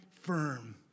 firm